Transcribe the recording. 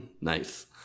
Nice